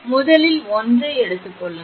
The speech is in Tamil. முதல் ஒன்றை எடுத்துக் கொள்ளுங்கள்